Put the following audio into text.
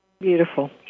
Beautiful